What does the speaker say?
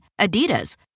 Adidas